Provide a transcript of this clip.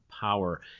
power